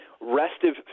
restive